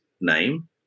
name